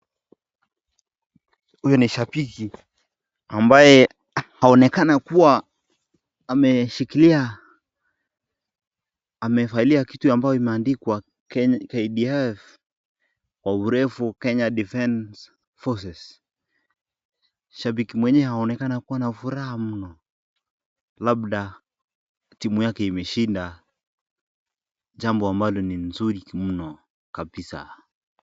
Huyu ni shabiki ambaye haonekana kuwa ameshikilia amevalia kitu ambayo imeandikwa KDF kwa urefu Kenya Defence Forces . Shabiki mwenyewe haonekana kuwa na furaha mno. Labda timu yake imeshinda jambo ambalo ni nzuri mno kabisa.